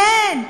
כן,